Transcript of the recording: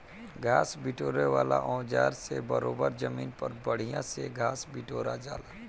घास बिटोरे वाला औज़ार से बरोबर जमीन पर बढ़िया से घास बिटोरा जाला